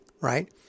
right